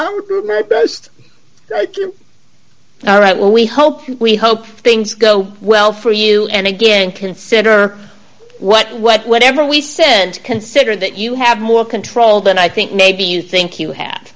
best all right well we hope we hope things go well for you and again consider what whatever we said and consider that you have more control than i think maybe you think you have